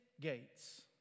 gates